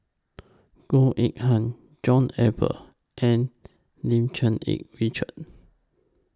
Goh Eng Han John Eber and Lim Cherng Yih Richard